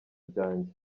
byanjye